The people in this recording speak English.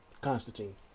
Constantine